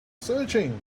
searching